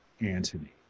Antony